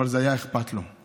אבל זה היה אכפת לו.